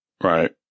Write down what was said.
right